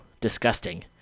Disgusting